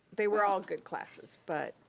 they were all good classes, but,